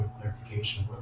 clarification